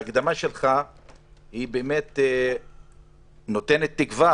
ההקדמה שלך באמת נותנת תקווה,